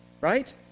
right